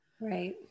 Right